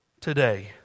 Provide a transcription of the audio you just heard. Today